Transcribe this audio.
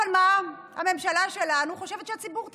אבל מה, הממשלה שלנו חושבת שהציבור טיפש.